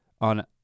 on